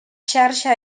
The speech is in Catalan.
xarxa